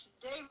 today